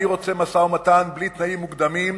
אני רוצה משא-ומתן בלי תנאים מוקדמים,